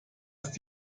ist